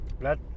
let